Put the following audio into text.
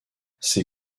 ses